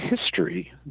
history